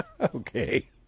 Okay